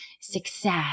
success